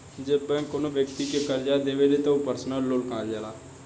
जब बैंक कौनो बैक्ति के करजा देवेली त उ पर्सनल लोन कहल जाला